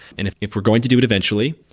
and if if we're going to do it eventually,